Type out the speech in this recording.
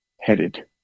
headed